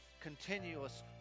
continuous